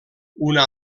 una